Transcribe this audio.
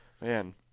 Man